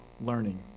learning